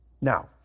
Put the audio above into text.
Now